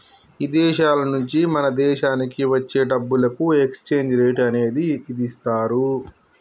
ఇదేశాల నుంచి మన దేశానికి వచ్చే డబ్బులకు ఎక్స్చేంజ్ రేట్ అనేది ఇదిస్తారు